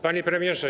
Panie Premierze!